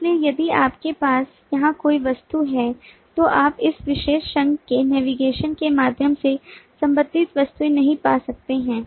इसलिए यदि आपके पास यहां कोई वस्तु है तो आप इस विशेष संघ के नेविगेशन के माध्यम से संबंधित वस्तु नहीं पा सकते हैं